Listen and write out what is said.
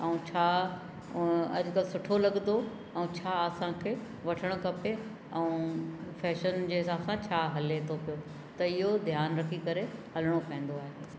ऐं छा अॼुकल्ह सुठो लॻंदो ऐं छा असांखे वठणु खपे ऐं फैशन जे हिसाब सां छा हले थो पियो त इहो ध्यानु रखी करे हलिणो पवंदो आहे